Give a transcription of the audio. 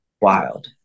Wild